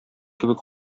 кебек